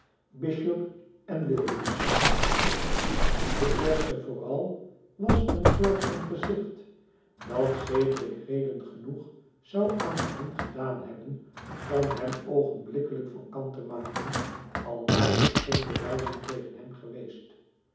en williams de eerste vooral was een soort van gezicht dat zedelijk redenen genoeg zpu aan de hand gedaan hebben om hem oogenblikkelijk van kant te maken al waren er geen bewijzen tegen hem geweest